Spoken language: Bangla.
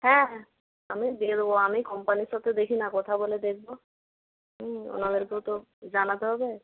হ্যাঁ আমি দিয়ে দেবো আমি কোম্পানির সাথে দেখি না কথা বলে দেখব ওনাদেরকেও তো জানাতে হবে